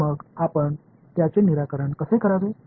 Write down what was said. तर मग आपण त्याचे निराकरण कसे करावे